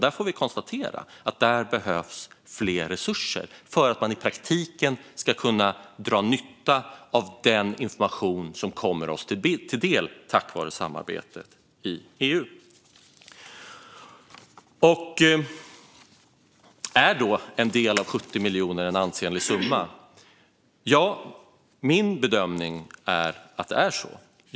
Därför behövs det fler resurser för att man i praktiken ska kunna dra nytta av den information som kommer oss till del tack vare samarbetet i EU. Är då en del av 70 miljoner en ansenlig summa? Ja, min bedömning är att det är så.